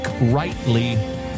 rightly